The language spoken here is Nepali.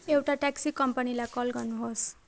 एउटा ट्याक्सी कम्पनीलाई कल गर्नुहोस्